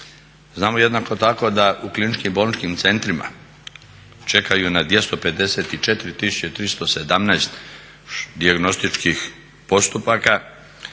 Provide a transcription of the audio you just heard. Znamo jednako tako da u kliničkim bolničkim centrima čekaju na 254 317 dijagnostičkih postupaka